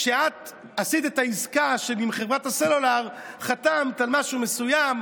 כשאת עשית את העסקה עם חברת הסלולר חתמת על משהו מסוים,